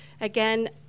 Again